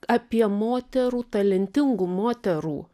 apie moterų talentingų moterų